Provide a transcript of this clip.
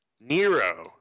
Nero